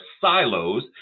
silos